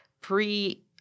pre –